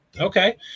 okay